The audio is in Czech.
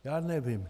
Já nevím.